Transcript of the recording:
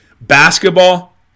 Basketball